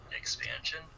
expansion